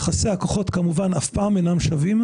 יחסי הכוחות, כמובן, אף פעם אינם שווים,